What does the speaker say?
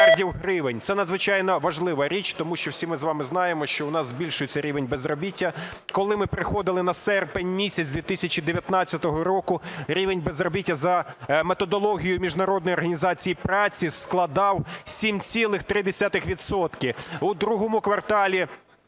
Це надзвичайно важлива річ, тому що всі ми з вами знаємо, що в нас збільшується рівень безробіття. Коли ми приходили на серпень місяць 2019 року, рівень безробіття за методологією Міжнародної організації праці складав 7,3 відсотка. У другому кварталі